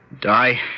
die